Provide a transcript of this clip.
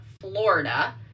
Florida